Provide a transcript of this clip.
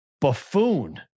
buffoon